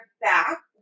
back